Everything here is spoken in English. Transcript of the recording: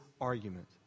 argument